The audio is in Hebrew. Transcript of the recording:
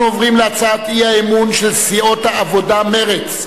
אנחנו עוברים להצעת האי-אמון של סיעות העבודה ומרצ,